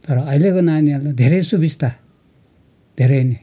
तर अहिलेको नानीहरूलाई धेरै सुबिस्ता धेरै नै